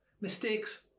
mistakes